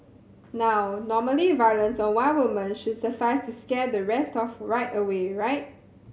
now normally violence on one woman should suffice to scare the rest off right away right